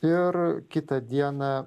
ir kitą dieną